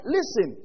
Listen